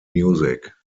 music